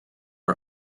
are